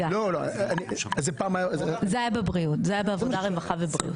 זה היה בעבודה, רווחה ובריאות.